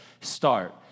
start